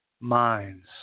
minds